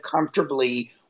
comfortably